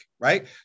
right